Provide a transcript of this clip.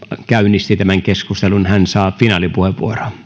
käynnisti tämän keskustelun hän saa finaalipuheenvuoron